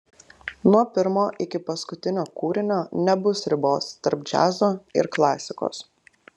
nuo pirmo iki paskutinio kūrinio nebus ribos tarp džiazo ir klasikos